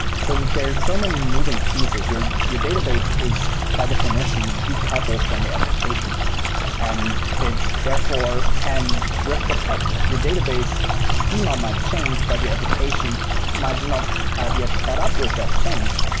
since there are so many moving pieces, your your database is by definition decoupled from your application and it therefore can drift apart. your database schema might change, but your application might not have yet caught up with that change.